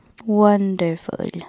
wonderful